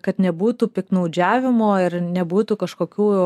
kad nebūtų piktnaudžiavimo ir nebūtų kažkokių